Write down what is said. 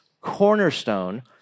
cornerstone